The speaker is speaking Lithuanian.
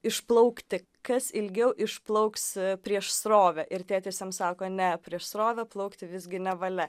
išplaukti kas ilgiau išplauks prieš srovę ir tėtis jam sako ne prieš srovę plaukti visgi nevalia